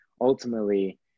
Ultimately